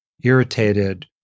irritated